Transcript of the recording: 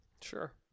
Sure